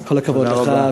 אז כל הכבוד לך.